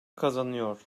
kazanıyor